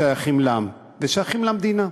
שייך לנו ושייך למדינה,